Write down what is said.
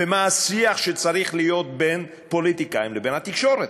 ומה השיח שצריך להיות בין פוליטיקאים לבין התקשורת.